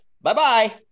bye-bye